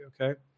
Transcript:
okay